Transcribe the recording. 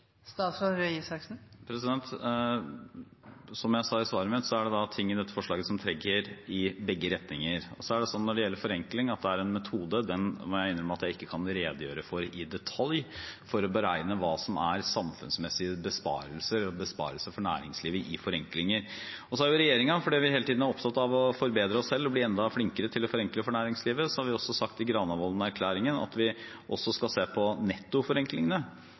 Som jeg sa i det forrige svaret mitt, er det ting i dette forslaget som trekker i begge retninger. Når det gjelder forenkling, er det en metode – jeg må innrømme at jeg ikke kan redegjøre for den i detalj – for å beregne hva som er samfunnsmessige besparelser og besparelser for næringslivet i forenklinger. Regjeringen har i Granavolden-erklæringen – fordi vi hele tiden er opptatt av å forbedre oss og bli enda flinkere til å forenkle for næringslivet – også sagt at vi skal se på nettoforenklingene. Det kan med andre ord også komme ting som gjør at